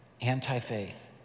anti-faith